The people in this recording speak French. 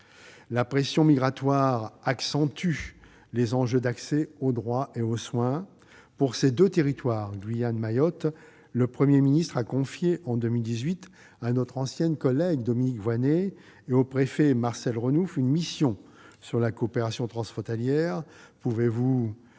la pression migratoire accentue les enjeux d'accès aux droits et aux soins. Pour ces deux territoires, le Premier ministre a confié en 2018 à notre ancienne collègue Dominique Voynet et au préfet Marcel Renouf une mission sur la coopération transfrontalière. Quelles